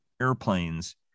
airplanes